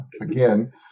again